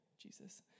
Jesus